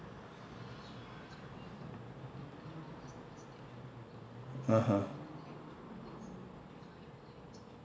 (uh huh)